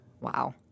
Wow